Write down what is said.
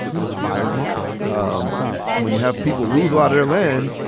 but it was a buyer's market. um when you have people lose a lot of their land,